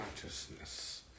consciousness